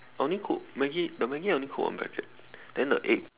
I only cook Maggi the Maggi only cook one packet then the egg